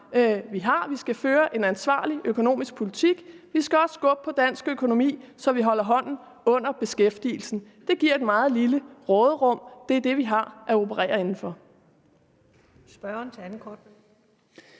Vi skal føre en ansvarlig økonomisk politik. Vi skal også skubbe på dansk økonomi, så vi holder hånden under beskæftigelsen. Det giver et meget lille råderum, og det er det, vi har at operere inden for.